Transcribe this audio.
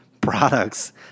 products